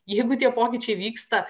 jeigu tie pokyčiai vyksta